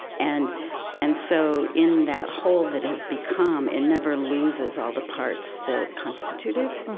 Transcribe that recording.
and and so, in that whole that has become, it never loses all the parts that constitute it.